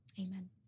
amen